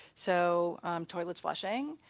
so toilets flushing,